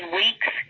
weeks